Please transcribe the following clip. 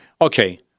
Okay